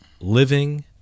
Living